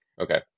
Okay